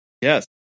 Yes